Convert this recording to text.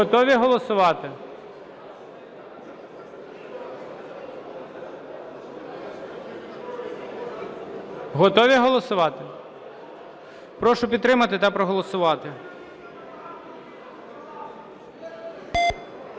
Готові голосувати? Прошу підтримати та проголосувати.